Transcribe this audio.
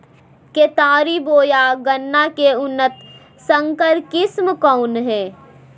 केतारी बोया गन्ना के उन्नत संकर किस्म कौन है?